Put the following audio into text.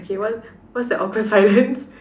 okay what what's the awkward silence